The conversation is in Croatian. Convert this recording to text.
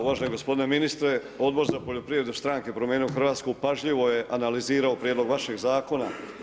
Uvaženi gospodine ministre, Odbor za poljoprivredu i stranka Promijenimo Hrvatsku pažljivo je analizirao prijedlog vašeg zakona.